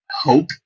hope